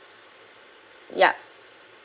yup